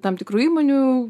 tam tikrų įmonių